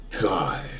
God